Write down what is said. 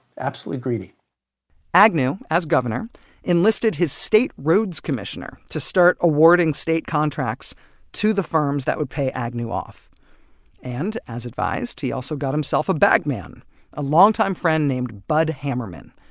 absolutely greedy agnew as governor enlisted his state roads commissioner to start awarding state contracts to the firms that would pay agnew off and as advised he also got himself a bag man a longtime friend named bud hammerman.